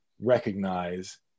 recognize